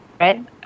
right